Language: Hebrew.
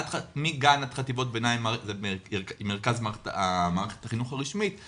מגן עד חטיבות ביניים זה מרכז מערכת החינוך הרשמית;